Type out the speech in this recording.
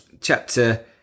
chapter